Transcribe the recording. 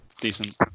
Decent